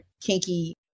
kinky